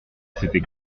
c’était